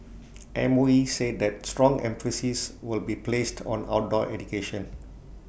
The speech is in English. M O E said that strong emphasis will be placed on outdoor education